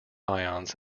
ions